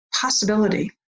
possibility